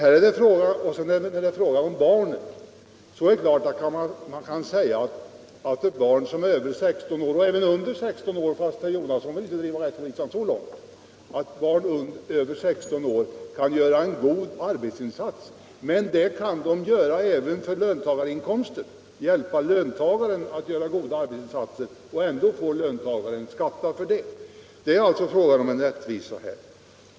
I fråga om barnen är det klart att man kan säga att barn som är över 59 16 år — och även under 16 år, fast herr Jonasson vill inte driva rättvisan så långt — kan göra en god arbetsinsats i sådana här fall. Men det kan de göra även när det gäller löntagarinkomster — de kan hjälpa löntagaren att göra goda arbetsinsatser, och ändå får löntagaren skatta för det. Det är alltså fråga om rättvisa här.